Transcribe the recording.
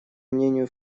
мнению